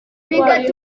yivanga